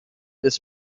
this